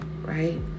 right